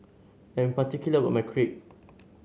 I'm particular about my Crepe